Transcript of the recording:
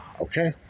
Okay